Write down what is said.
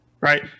right